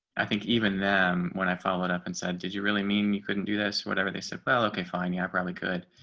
i think even when i followed up and said, did you really mean you couldn't do this, whatever they said, well, okay, fine. yeah, probably could.